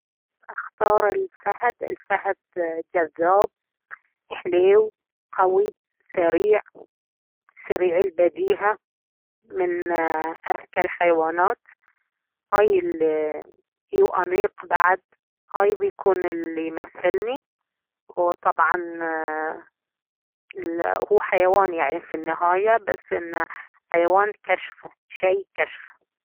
اختار الفهد الفهد جذاب حليو قوي سريع سريع البديهة من اذكى الحيوانات هاي الي ايه وانيق بعد هاي بيكون الي يمثلني وطبعا ايه الي هو حيوان يعني في النهاية بس انه حيوان كشخة شي كشخة